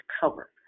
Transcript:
cover